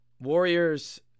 Warriors